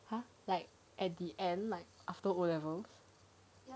!huh! like at the end like after O levels